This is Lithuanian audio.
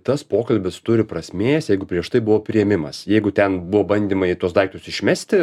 tas pokalbis turi prasmės jeigu prieš tai buvo priėmimas jeigu ten buvo bandymai tuos daiktus išmesti